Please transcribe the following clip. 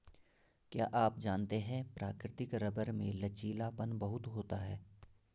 क्या आप जानते है प्राकृतिक रबर में लचीलापन बहुत होता है?